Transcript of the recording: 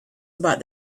about